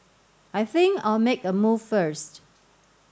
I think I'll make a move first